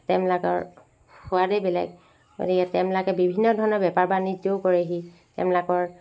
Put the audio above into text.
তেওঁবিলাকৰ সোৱাদেই বেলেগ গতিকে তেওঁবিলাকে বিভিন্ন ধৰণৰ বেপাৰ বাণিজ্যও কৰেহি তেওঁবিলাকৰ